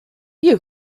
you